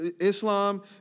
Islam